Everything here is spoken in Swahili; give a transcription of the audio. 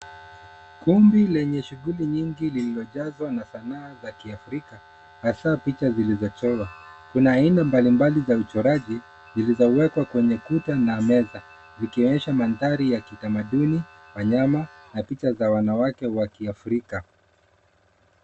Kumbi lenye shughuli nyingi lililojazwa na saana za kiafrika hasa picha zilizochorwa kuna aina mbalimbali za uchoraji zilizowekwa kwenye kuta na meza zikionyesha mandhari ya kitamaduni, wanyama na picha za wanawake wa kiafrika.